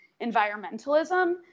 environmentalism